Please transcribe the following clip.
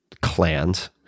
clans